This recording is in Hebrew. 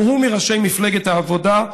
גם הוא מראשי מפלגת העבודה,